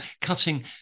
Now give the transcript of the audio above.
Cutting